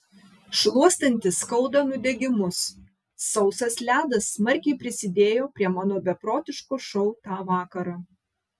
šluostantis skauda nudegimus sausas ledas smarkiai prisidėjo prie mano beprotiško šou tą vakarą